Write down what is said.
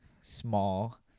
small